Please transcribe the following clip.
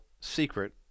secret